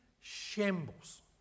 shambles